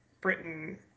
Britain